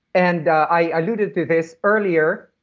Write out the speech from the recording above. and i alluded to this earlier.